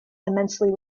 immensely